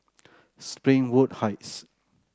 Springwood Heights